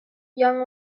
young